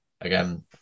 again